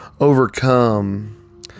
overcome